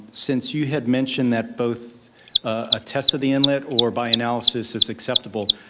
since you had mentioned that both a test to the inlet or by analysis is acceptable.